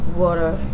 water